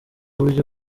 buryo